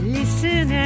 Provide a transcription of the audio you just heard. Listen